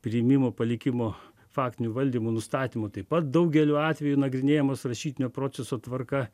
priėmimo palikimo faktinių valdymų nustatymų taip pat daugeliu atveju nagrinėjamos rašytinio proceso tvarka